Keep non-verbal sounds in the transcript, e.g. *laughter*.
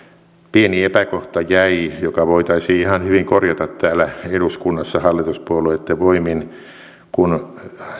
pieni epäkohta jäi *unintelligible* joka voitaisiin ihan hyvin korjata täällä eduskunnassa hallituspuolueitten voimin *unintelligible* kun